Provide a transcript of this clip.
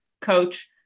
coach